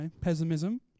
pessimism